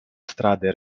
strade